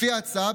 לפי ההצעה,